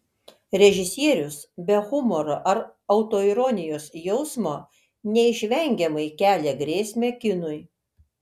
režisierius be humoro ir autoironijos jausmo neišvengiamai kelia grėsmę kinui